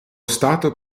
stato